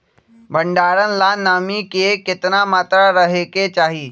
भंडारण ला नामी के केतना मात्रा राहेके चाही?